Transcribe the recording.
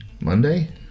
Monday